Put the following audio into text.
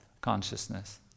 consciousness